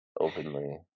openly